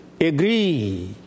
agree